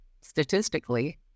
Statistically